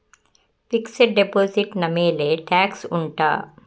fixed deposit ನ ಮೇಲೆ tax ಉಂಟಾ